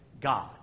God